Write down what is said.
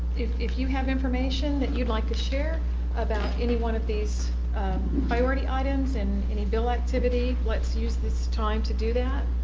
if you have information that you'd like to share about anyone of these priority items and any bill activity let's use this time to do that.